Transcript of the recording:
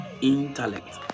intellect